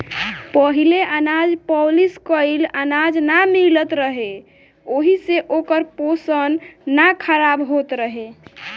पहिले अनाज पॉलिश कइल अनाज ना मिलत रहे ओहि से ओकर पोषण ना खराब होत रहे